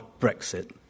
Brexit